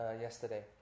yesterday